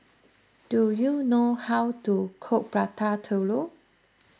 do you know how to cook Prata Telur